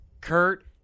Kurt